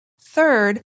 Third